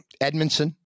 Edmondson